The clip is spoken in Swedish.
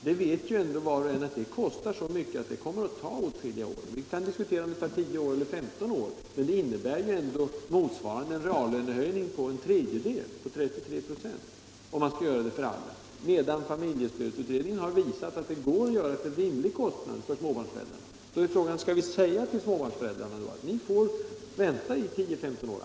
Var och en vet ju att det kostar så mycket att det kommer att ta åtskilliga år. Vi kan diskutera om det kommer att ta 10 eller 15 år, men en arbetstidsförkortning för alla motsvarar ändå en reallönehöjning av storleksordningen 33 26. Familjestödsutredningen har visat att det går att genomföra en arbetstidsförkortning för småbarnsföräldrar till en rimlig kostnad. Frågan är då om vi skall säga till småbarnsföräldrarna: Ni får vänta i 10-15 år.